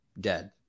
dead